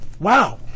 Wow